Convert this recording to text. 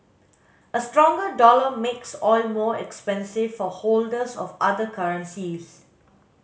a stronger dollar makes oil more expensive for holders of other currencies